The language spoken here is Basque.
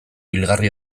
hilgarri